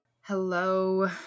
Hello